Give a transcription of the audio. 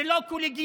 זה לא קולגיאלי,